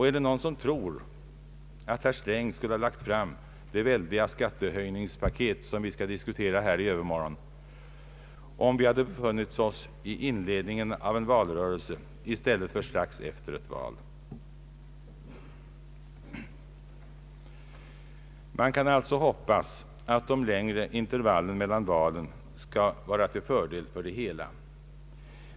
Är det någon som tror att herr Sträng skulle ha lagt fram det väldiga skattehöjningspaket som vi skall behandla här i övermorgon, om vi hade befunnit oss i inledningen till en valrörelse i stället för strax efter ett val? Man kan alltså hoppas att de längre intervallen mellan valen skall vara till fördel för det hela.